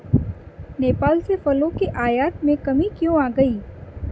नेपाल से फलों के आयात में कमी क्यों आ गई?